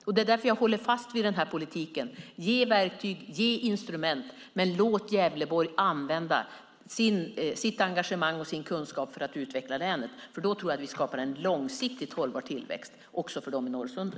Det är därför jag håller fast vid den här politiken. Ge verktyg och ge instrument, men låt Gävleborg använda sitt engagemang och sin kunskap för att utveckla länet! Då tror jag att vi skapar en långsiktigt hållbar tillväxt också för dem i Norrsundet.